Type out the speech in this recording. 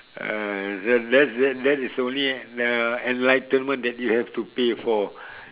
uh that that's that that is only the enlightenment that you have to pay for